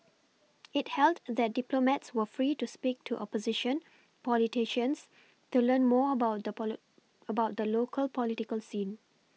it held that diplomats were free to speak to opposition politicians to learn more about the poly about the local political scene